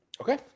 Okay